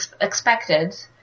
expected